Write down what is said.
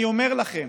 אני אומר לכם,